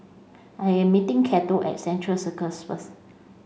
I am meeting Cato at Central Circus first